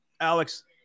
Alex